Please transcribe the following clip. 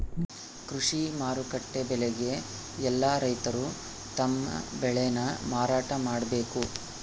ಕೃಷಿ ಮಾರುಕಟ್ಟೆ ಬೆಲೆಗೆ ಯೆಲ್ಲ ರೈತರು ತಮ್ಮ ಬೆಳೆ ನ ಮಾರಾಟ ಮಾಡ್ಬೇಕು